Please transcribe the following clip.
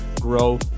grow